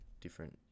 different